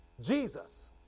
Jesus